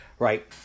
Right